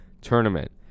tournament